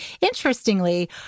interestingly